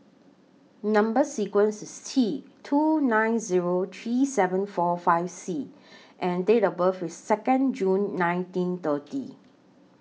Number sequence IS T two nine Zero three seven four five C and Date of birth IS Second June nineteen thirty